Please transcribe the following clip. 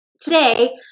today